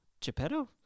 Geppetto